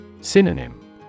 Synonym